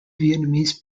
vietnamese